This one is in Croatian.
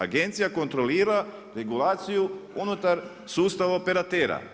Agencija kontrolira regulaciju unutar sustava operatera.